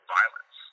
violence